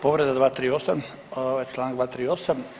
Povreda 238., članak 238.